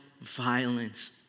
violence